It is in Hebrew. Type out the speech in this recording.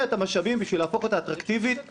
את המשאבים בשביל להפוך אותה לאטרקטיבית כלכלית.